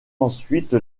ensuite